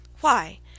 Why